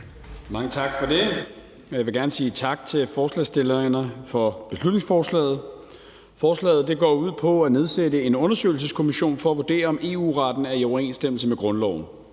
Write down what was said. Mange tak for det. Jeg vil gerne sige tak til forslagsstillerne for beslutningsforslaget. Forslaget går ud på at nedsætte en undersøgelseskommission for at vurdere, om EU-retten er i overensstemmelse med grundloven.